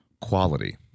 quality